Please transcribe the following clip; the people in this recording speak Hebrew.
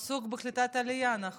עסוק בקליטת עלייה, נכון?